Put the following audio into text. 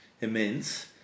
immense